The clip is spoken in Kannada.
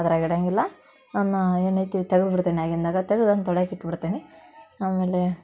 ಅದ್ರಾಗೆ ಇಡೋಂಗಿಲ್ಲ ಅದನ್ನ ಏನೈತಿ ತೆಗೆದ್ ಬಿಡ್ತೇನೆ ಆಗಿಂದಾಗೆ ತೆಗ್ದು ಅದನ್ನು ತೊಳಿಯಕ್ಕೆ ಇಟ್ಬಿಡ್ತೀನಿ ಆಮೇಲೆ